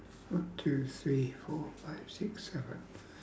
one two three four five six seven